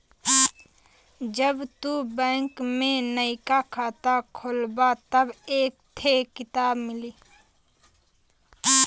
जब तू बैंक में नइका खाता खोलबा तब एक थे किताब मिली